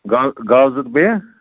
گا گاوٕ زٕ تہٕ بیٚیہِ